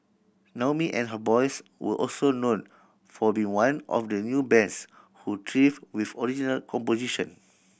Naomi and her boys were also known for being one of the few bands who thrived with original composition